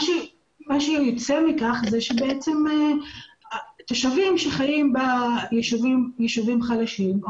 מה שיוצא מכך זה בעצם תושבים שחיים בישובים חלשים,